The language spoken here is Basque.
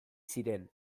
ziren